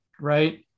right